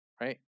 right